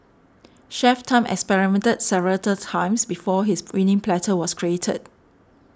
Chef Tan experimented several times before his winning platter was created